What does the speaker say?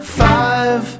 five